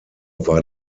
war